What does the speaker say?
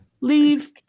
Leave